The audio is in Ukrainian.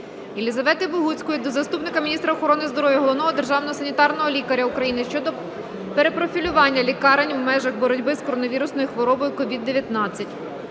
Єлізавети Богуцької до заступника міністра охорони здоров'я - Головного державного санітарного лікаря України щодо перепрофілювання лікарень в межах боротьби з коронавірусною хворобою СOVID-19.